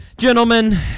Gentlemen